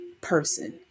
person